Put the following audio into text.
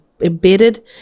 embedded